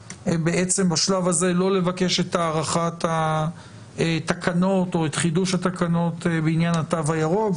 בשלב הזה לא לבקש את הארכת התקנות או את חידוש התקנות בעניין התו הירוק.